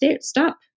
stop